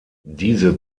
diese